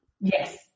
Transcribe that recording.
Yes